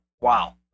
Wow